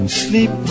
sleep